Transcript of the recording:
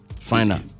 final